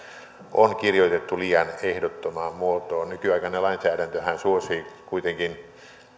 on kirjoitettu liian ehdottomaan muotoon nykyaikana lainsäädäntöhän suosii kuitenkin